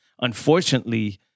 unfortunately